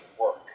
work